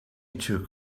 took